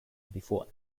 before